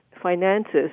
finances